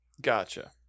Gotcha